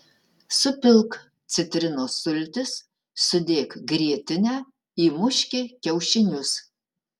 supilk citrinos sultis sudėk grietinę įmuški kiaušinius